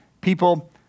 people